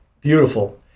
beautiful